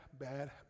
bad